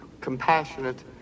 compassionate